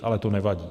Ale to nevadí.